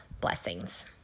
Blessings